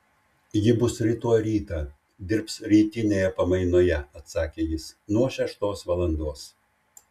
ji bus rytoj rytą dirbs rytinėje pamainoje atsakė jis nuo šeštos valandos